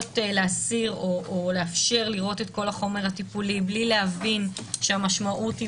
להסיר או לאפשר לראות את כל החומר הטיפולי בלי להבין שהמשמעות היא